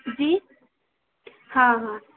जी हाँ हाँ